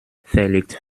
verlegt